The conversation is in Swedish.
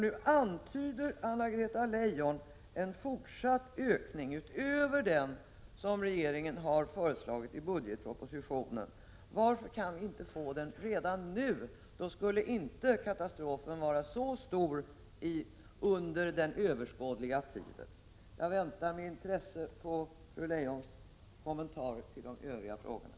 Nu antyder Anna-Greta Leijon en fortsatt ökning, utöver den som regeringen har föreslagit i budgetpropositionen. Varför kan vi inte få den redan nu? Då skulle inte katastrofen vara så stor under den överskådliga tiden. Jag väntar med intresse på fru Leijons kommentarer till de övriga frågorna.